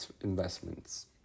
investments